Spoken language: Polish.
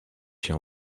się